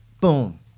Boom